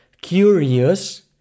curious